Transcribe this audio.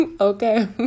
okay